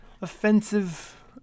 offensive